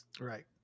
Right